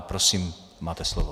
Prosím, máte slovo.